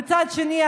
ומצד שני,